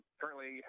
currently